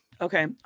Okay